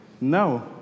No